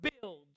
builds